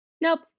Nope